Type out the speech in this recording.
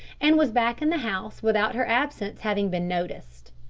and was back in the house without her absence having been noticed.